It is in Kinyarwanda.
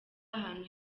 ahantu